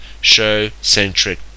show-centric